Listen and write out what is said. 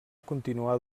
continuar